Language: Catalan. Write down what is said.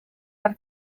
per